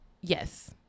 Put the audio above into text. Yes